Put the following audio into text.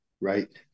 Right